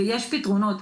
ויש פתרונות,